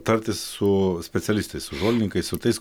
tartis su specialistais su žolininkais su tais